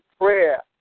prayer